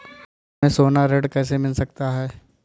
हमें सोना ऋण कैसे मिल सकता है?